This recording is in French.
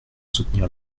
soutenir